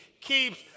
keeps